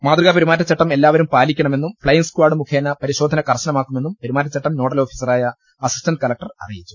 മാതൃകാ പ്പെരുമാറ്റച്ചട്ടം എല്ലാവരും പാലിക്കണ മെന്നും ഫ്ലെയിംങ്ങ് സ്കാഡ് മുഖേന പരിശോധന കർശനമാക്കുമെന്നും പെരുമാറ്റച്ചട്ടം നോഡൽ ഓഫീസറായ അസിസ്റ്റൻറ് കളക്ടർ അറിയിച്ചു